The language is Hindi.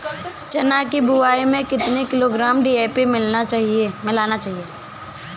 चना की बुवाई में कितनी किलोग्राम डी.ए.पी मिलाना चाहिए?